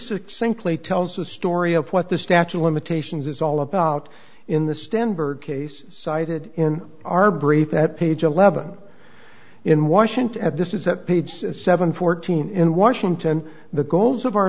succinctly tells the story of what the statue of limitations is all about in the stenberg case cited in our brief that page eleven in washington at this is that page seven fourteen in washington the goals of our